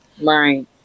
Right